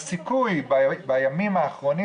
הסיכוי להידבק בימים האחרונים,